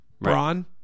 Braun